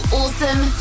awesome